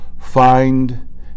find